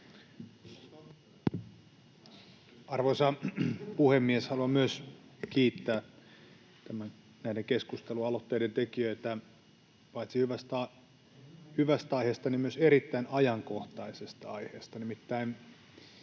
Arvoisa puhemies! Haluan myös kiittää näiden keskustelualoitteiden tekijöitä paitsi hyvästä aiheesta myös erittäin ajankohtaisesta aiheesta.